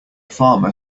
farmer